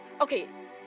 Okay